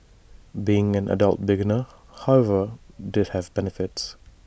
being an adult beginner however did have benefits